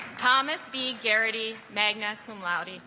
thomas b garrity magna cum laude